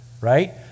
right